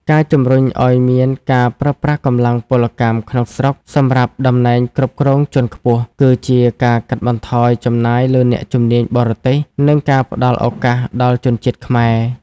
ការជំរុញឱ្យមានការប្រើប្រាស់កម្លាំងពលកម្មក្នុងស្រុកសម្រាប់តំណែងគ្រប់គ្រងជាន់ខ្ពស់ គឺជាការកាត់បន្ថយចំណាយលើអ្នកជំនាញបរទេស និងការផ្ដល់ឱកាសដល់ជនជាតិខ្មែរ។